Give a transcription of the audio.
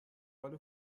حال